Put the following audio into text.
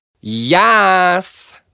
Yes